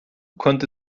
konnte